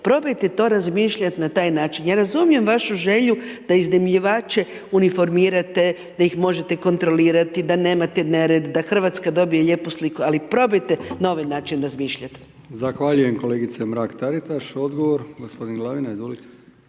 Probajte to razmišljati na taj način. Ja razumijem vašu želju da iznajmljivače uniformirate da ih možete kontrolirati, da nemate nered, da RH dobije lijepu sliku, ali probajte na ovaj način razmišljati. **Brkić, Milijan (HDZ)** Zahvaljujem kolegice Mrak Taritaš. Odgovor gospodin Glavina izvolite.